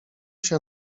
się